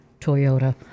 Toyota